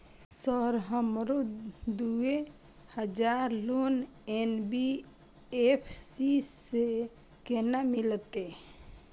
Sir हमरो दूय हजार लोन एन.बी.एफ.सी से केना मिलते?